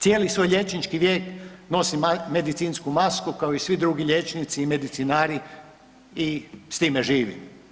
Cijeli svoj liječnički vijek nosim medicinsku masku kao i svi drugi liječnici i medicinari i s time živim.